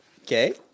Okay